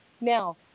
Now